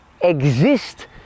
exist